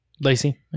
Lacey